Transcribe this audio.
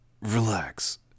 Relax